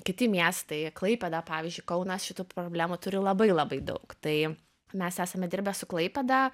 kiti miestai klaipėda pavyzdžiui kaunas šitų problemų turi labai labai daug tai mes esame dirbę su klaipėda